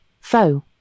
Foe